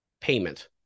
payment